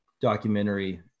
documentary